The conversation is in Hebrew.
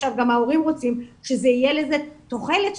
גם ההורים רוצים שתהיה לזה תוחלת,